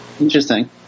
interesting